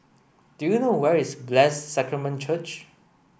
do you know where is Blessed Sacrament Church